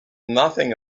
nothing